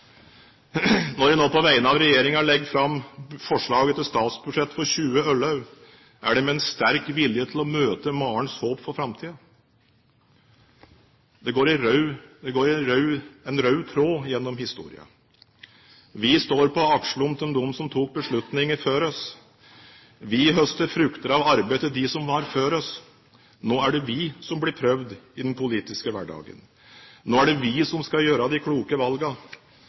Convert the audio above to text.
Når jeg nå på vegne av regjeringen legger fram forslaget til statsbudsjett for 2011 – «tjueølløv» – er det med en sterk vilje til å møte Marens håp for framtiden. Det går en rød tråd gjennom historien. Vi står på skuldrene til dem som tok beslutningene før oss. Vi høster frukter av arbeidet til dem som var før oss. Nå er det vi som blir prøvd i den politiske hverdagen. Nå er det vi som skal gjøre de kloke